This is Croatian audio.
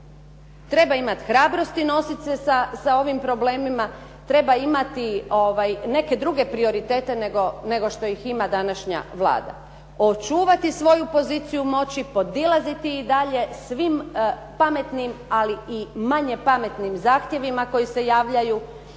treba imati hrabrosti nositi se sa ovim problemima, treba imati neke druge prioritete nego što ih ima današnja Vlada. Očuvati svoju poziciju moći, podilaziti i dalje svim pametnim ali i manje pametnim zahtjevima koji se javljaju